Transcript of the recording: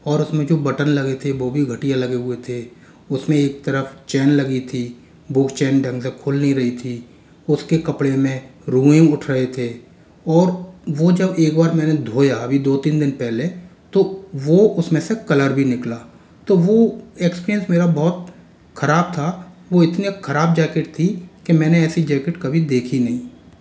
और उसमें जो बटन लगे हुए थे वो भी घटिया लगे हुए थे उसमें एक तरफ़ चैन लगी थी वो चैन ढंग से खुल नहीं रही थी उसके कपड़े में रोएं उठ रहे थे और वो जब एक बार मैंने धोया अभी दो तीन दिन पहले तो वो उसमें से कलर भी निकाला तो वो एक्सपीरियंस मेरा बहुत खराब था वो इतनी खराब जैकेट थी कि मैंने ऐसी जैकेट कभी देखी नहीं